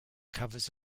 covers